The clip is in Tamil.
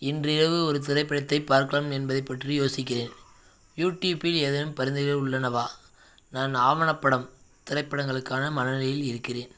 இன்று இரவு ஒரு திரைப்படத்தைப் பார்க்கலாம் என்பதைப் பற்றி யோசிக்கிறேன் யூடியூப்பில் ஏதேனும் பரிந்துரைகள் உள்ளனவா நான் ஆவணப்படம் திரைப்படங்களுக்கான மனநிலையில் இருக்கிறேன்